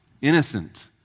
innocent